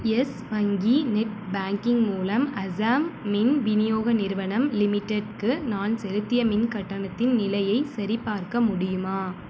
yes வங்கி net banking மூலம் அசாம் மின் விநியோக நிறுவனம் லிமிட்டெட்க்கு நான் செலுத்திய மின் கட்டணத்தின் நிலையைச் சரிபார்க்க முடியுமா